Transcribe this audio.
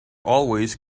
always